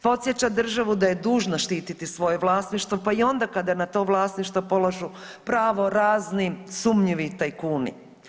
Podsjeća državu da je dužna štititi svoje vlasništvo pa i onda kada na to vlasništvo polažu pravo razni sumnjivi tajkuni.